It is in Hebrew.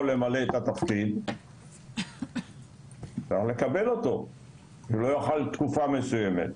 למלא את התפקיד אפשר לקבל אותו אם לא יכל תקופה מסוימת.